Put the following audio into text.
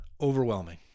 overwhelming